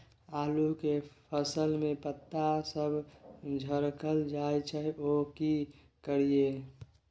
आलू के फसल में पता सब झरकल जाय छै यो की करियैई?